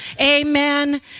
Amen